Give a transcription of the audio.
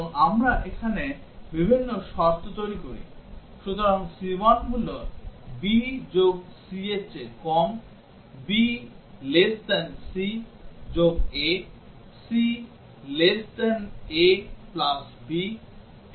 এবং আমরা এখানে বিভিন্ন শর্ত তৈরি করি সুতরাং c1 হল b যোগ c এর চেয়ে কম b less than c যোগ a c less than a plus b